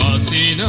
see you know